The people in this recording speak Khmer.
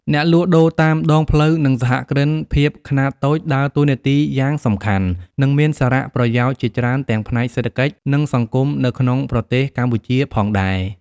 អ្នកលក់ដូរតាមដងផ្លូវ និងសហគ្រិនភាពខ្នាតតូចដើរតួនាទីយ៉ាងសំខាន់ និងមានសារៈប្រយោជន៍ជាច្រើនទាំងផ្នែកសេដ្ឋកិច្ច និងសង្គមនៅក្នុងប្រទេសកម្ពុជាផងដែរ ។